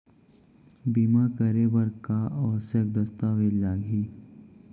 बीमा करे बर का का आवश्यक दस्तावेज लागही